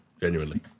genuinely